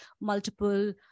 multiple